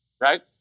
right